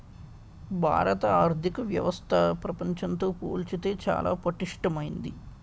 భారత ఆర్థిక వ్యవస్థ ప్రపంచంతో పోల్చితే చాలా పటిష్టమైంది